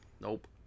Nope